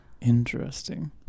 Interesting